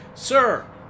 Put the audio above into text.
Sir